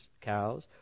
cows